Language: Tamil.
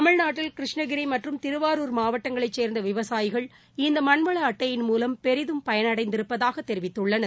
தமிழ்நாட்டில் கிருஷ்ணகிரி மற்றும் திருவாரூர் மாவட்டங்களைச் சேர்ந்த விவசாயிகள் இந்த மண்வள அட்டையின் மூலம் பெரிதும் பயனடைந்திருப்பதாக தெரிவித்துள்ளனர்